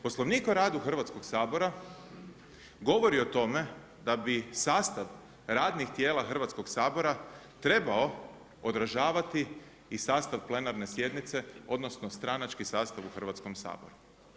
Poslovnik o radu Hrvatskog sabora govori o tome da bi sastav radnih tijela Hrvatskog sabora trebao odražavati i sastav plenarne sjednice odnosno stranački sastav u Hrvatskom saboru.